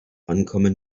uncommon